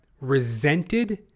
resented